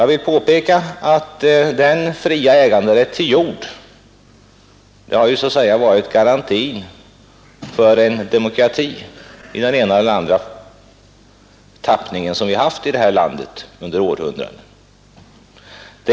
Jag vill påpeka att den fria äganderätten till jord har varit garantin för den demokrati i ena eller andra tappningen som funnits här i landet under århundraden.